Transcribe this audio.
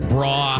Bra